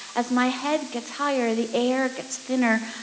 as my head gets higher, the air gets thinner.